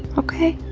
okay?